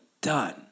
done